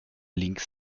league